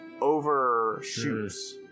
overshoots